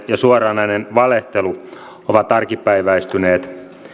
ja suoranainen valehtelu ovat arkipäiväistyneet